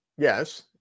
Yes